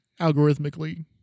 algorithmically